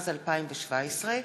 התשע"ז 2017,